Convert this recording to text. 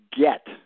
get